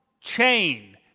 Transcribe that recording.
chain